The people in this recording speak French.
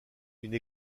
une